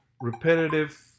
repetitive